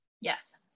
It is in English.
Yes